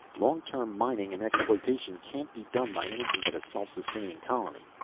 long-term mining and exploitation can't be done by anything but a self-sustaining colony.